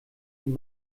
ihn